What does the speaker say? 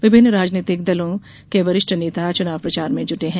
विभिन्न राजनीतिक दलों के वरिष्ठ नेता चुनाव प्रचार में जूटे हैं